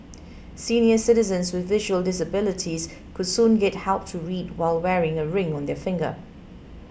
senior citizens with visual disabilities could soon get help to read while wearing a ring on their finger